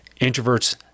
introverts